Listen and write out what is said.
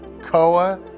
Koa